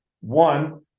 One